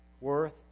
worth